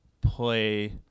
play